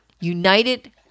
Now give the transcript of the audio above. United